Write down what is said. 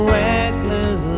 reckless